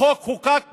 החוק חוקק בפזיזות.